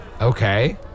Okay